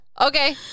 Okay